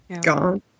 Gone